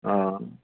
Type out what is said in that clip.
हा